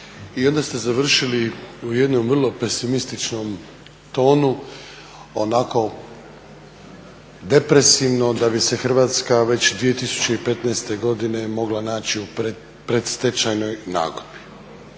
i onda ste završili u jednom vrlo pesimističnom tonu, onako depresivno da bi se Hrvatska već 2015. godine mogla naći u predstečajnoj nagodbi.